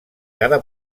cada